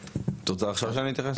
את רוצה עכשיו שאני אתייחס?